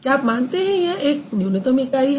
क्या आप मानते हैं यह एक न्यूनतम इकाई है